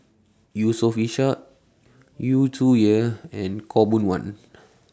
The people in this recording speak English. Yusof Ishak Yu Zhuye and Khaw Boon Wan